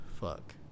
Fuck